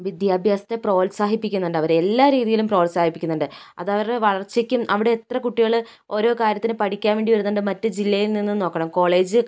വിദ്യാഭ്യാസത്തെ പ്രോത്സാഹിപ്പിക്കുന്നുണ്ടവര് എല്ലാ രീതിയിലും പ്രോത്സാഹിപ്പിക്കുന്നുണ്ട് അതവരുടെ വളർച്ചയ്ക്കും അവിടെ എത്ര കുട്ടികള് ഓരോ കാര്യത്തിനും പഠിക്കാൻ വേണ്ടി എഴുതുന്നുണ്ട് മറ്റ് ജില്ലയിൽ നിന്ന് നോക്കണം കോളേജ്